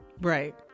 right